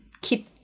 keep